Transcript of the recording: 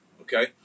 okay